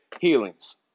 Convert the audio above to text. healings